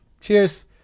Cheers